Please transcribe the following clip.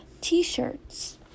T-shirts